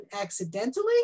accidentally